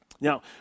Now